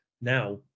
now